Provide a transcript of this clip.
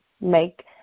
make